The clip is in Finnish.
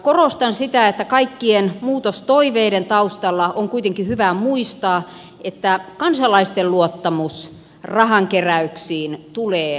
korostan sitä että kaikkien muutostoiveiden taustalla on kuitenkin hyvä muistaa että kansalaisten luottamus rahankeräyksiin tulee säilyttää